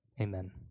Amen